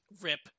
rip